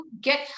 get